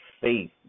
faith